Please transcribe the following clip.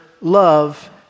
love